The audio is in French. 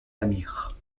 amir